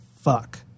fuck